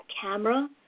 camera